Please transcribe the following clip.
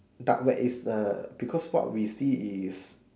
dark web is the because what we see is